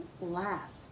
last